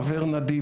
חבר נדיב,